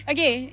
Okay